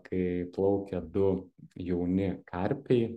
kai plaukia du jauni karpiai